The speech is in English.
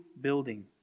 building